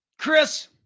Chris